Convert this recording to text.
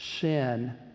Sin